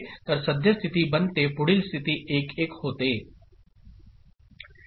तर सद्यस्थिती बनते पुढील स्थिती 1 1 होते